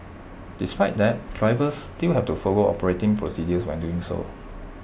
despite that drivers still have to follow operating procedures when doing so